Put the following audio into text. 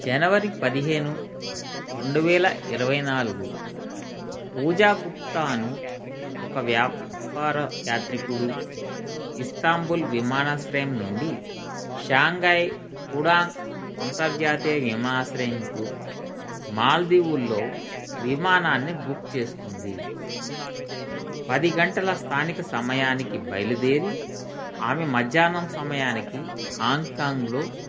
జనవరి పదిహేను రెండు వేల ఇరవై నాలుగు పూజా గుప్తా అను ఒక వ్యాపార యాత్రికుడు ఇస్తాంబుల్ విమానాశ్రయం నుండి షాంఘై పుడాంగ్ అంతర్జాతీయ విమానాశ్రయంకు మాల్దీవుల్లో విమానాన్ని బుక్ చేసుకుంది పది గంటల స్థానిక సమయానికి బయలుదేరి ఆమె మధ్యాహ్నం సమయానికి హాంకాంగ్లో